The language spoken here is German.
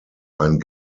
ein